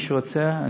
מי שרוצה,